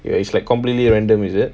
ya it's like completely random is it